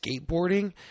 skateboarding